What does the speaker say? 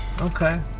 okay